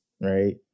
right